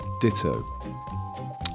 ditto